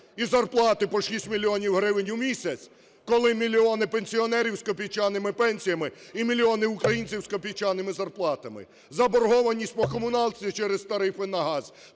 і зарплати по 6 мільйонів гривень у місяць, коли мільйони пенсіонерів з копійчаними пенсіями і мільйони українців з копійчаними зарплатами. Заборгованість по комуналці через тарифи на газ